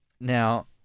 now